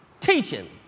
teaching